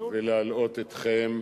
ולהלאות אתכם.